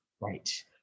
Right